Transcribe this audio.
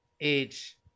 age